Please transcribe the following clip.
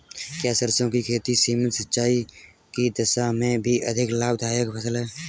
क्या सरसों की खेती सीमित सिंचाई की दशा में भी अधिक लाभदायक फसल है?